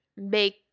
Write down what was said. make